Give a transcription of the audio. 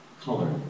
color